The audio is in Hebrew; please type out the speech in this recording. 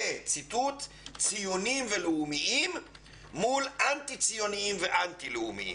ואני מצטט כ"ציוניים ולאומיים מול אנטי ציוניים ואנטי לאומיים".